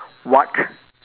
what